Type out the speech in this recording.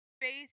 Faith